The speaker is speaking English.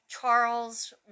Charles